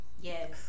Yes